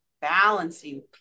balancing